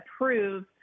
approve